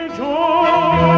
joy